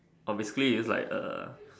or basically is like A